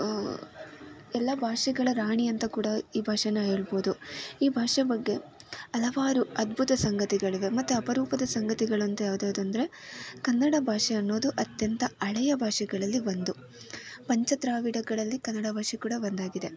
ಎಲ್ಲ ಭಾಷೆಗಳ ರಾಣಿ ಅಂತ ಕೂಡಾ ಈ ಭಾಷೆಯನ್ನ ಹೇಳ್ಬೋದು ಈ ಭಾಷೆ ಬಗ್ಗೆ ಹಲವಾರು ಅದ್ಬುತ ಸಂಗತಿಗಳಿವೆ ಮತ್ತು ಅಪರೂಪದ ಸಂಗತಿಗಳಂತ ಯಾವ್ದು ಯಾವುದಂದ್ರೆ ಕನ್ನಡ ಭಾಷೆ ಅನ್ನೋದು ಅತ್ಯಂತ ಹಳೇಯ ಭಾಷೆಗಳಲ್ಲಿ ಒಂದು ಪಂಚ ದ್ರಾವಿಡಗಳಲ್ಲಿ ಕನ್ನಡ ಭಾಷೆಯೂ ಕೂಡ ಒಂದಾಗಿದೆ